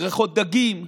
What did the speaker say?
בריכות דגים,